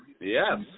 Yes